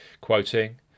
quoting